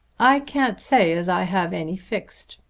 i can't say as i have any fixed.